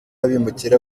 abimukira